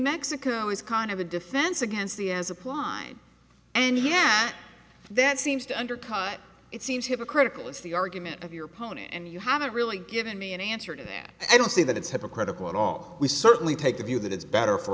mexico is kind of a defense against the as applied and yet that seems to undercut it seems hypocritical is the argument of your opponent and you haven't really given me an answer to that i don't see that it's hypocritical at all we certainly take the view that it's better for